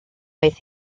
oedd